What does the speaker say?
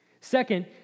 Second